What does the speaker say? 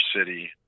city